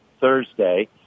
Thursday